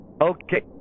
okay